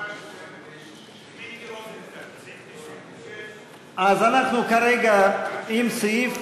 עד מיקי רוזנטל לאחרי סעיף 96. אז אנחנו כרגע עדיין עם סעיף